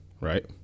right